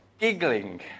giggling